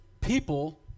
people